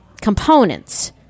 components